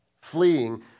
Fleeing